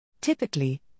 Typically